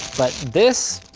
but this